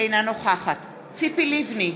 אינה נוכחת ציפי לבני,